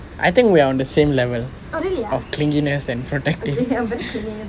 I think we're on the same level of clinginess and protective